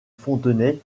fontenay